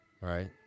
right